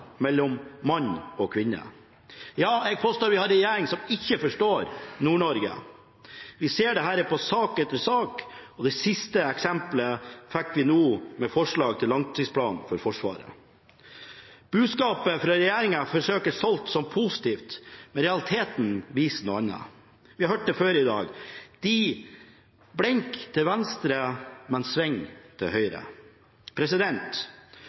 mellom menn og kvinner Jeg påstår vi har en regjering som ikke forstår Nord-Norge. Vi ser det i sak etter sak, og det siste eksempelet fikk vi nå med forslag til langtidsplan for Forsvaret. Budskapet fra regjeringen forsøkes solgt som positivt, men realiteten viser noe annet. Vi har hørt det før i dag: De blinker til venstre, men svinger til